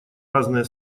разные